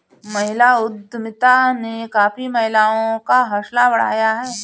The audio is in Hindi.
महिला उद्यमिता ने काफी महिलाओं का हौसला बढ़ाया है